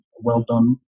well-done